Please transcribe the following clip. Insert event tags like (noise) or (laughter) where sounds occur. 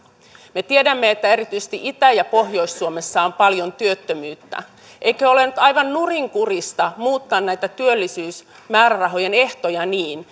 me tiedämme että erityisesti itä ja pohjois suomessa on paljon työttömyyttä eikö ole aivan nurinkurista muuttaa näitä työllisyysmäärärahojen ehtoja niin (unintelligible)